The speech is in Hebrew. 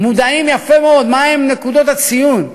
יודעים יפה מאוד מה הן נקודות הציון,